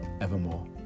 evermore